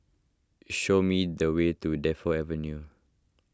show me the way to Defu Avenue